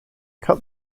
cut